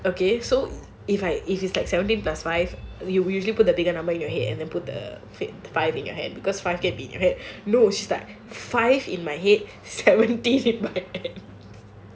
okay so if I if it's like seventeen plus five the you usually put the bigger in your head and put the five in your hand because five can put in your hand she's like no five in my head seventeen in my hand